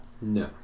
No